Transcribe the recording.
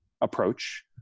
approach